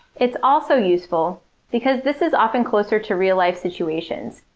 it's also useful because this is often closer to real-life situations,